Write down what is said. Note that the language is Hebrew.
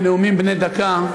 בנאומים בני דקה,